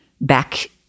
Back